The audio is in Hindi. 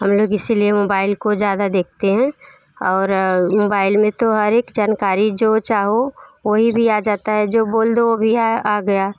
हम लोग इसी लिए मोबैल को ज़्यादा देखते हैं और मोबैल में तो हर एक जनकारी जो चाहो वही भी आ जाती है जो बोल दो वो भी आ आ गया